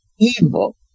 evil